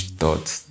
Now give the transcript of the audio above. thoughts